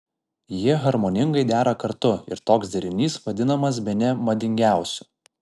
jie harmoningai dera kartu ir toks derinys vadinamas bene madingiausiu